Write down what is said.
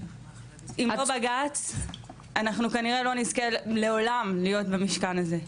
אם לא בג"צ אנחנו כנראה לא נזכה לעולם להיות במשכן הזה,